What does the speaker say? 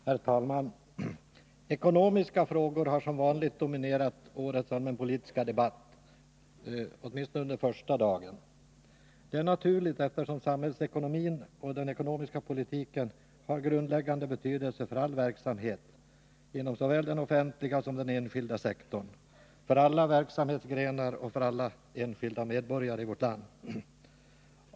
Herr talman! Ekonomiska frågor har, som vanligt, dominerat den allmänpolitiska debatten, åtminstone första dagen. Det är naturligt, eftersom samhällsekonomin och den ekonomiska politiken har grundläggande betydelse för all verksamhet, såväl den offentliga som den enskilda sektorn, för alla verksamhetsgrenar och alla enskilda medborgare i vårt land.